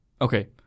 Okay